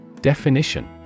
Definition